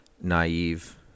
naive